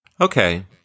okay